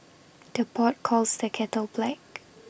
the pot calls the kettle black